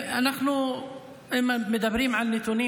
אם מדברים על נתונים,